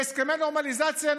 בהסכמי נורמליזציה,